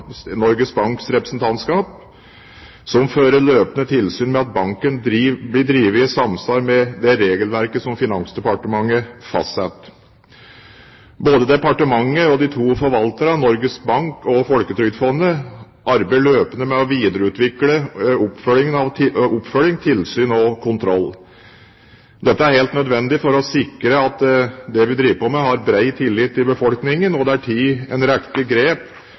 Norges Banks representantskap, som fører løpende tilsyn med at banken blir drevet i samsvar med det regelverket som Finansdepartementet fastsetter. Både departementet og de to forvalterne, Norges Bank og Folketrygdfondet, arbeider løpende med å videreutvikle oppfølging, tilsyn og kontroll. Dette er helt nødvendig for å sikre at det vi driver på med, har bred tillit i befolkningen. Det er tatt en rekke grep